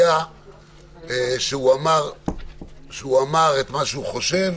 היה שהוא אמר את מה שהוא חושב.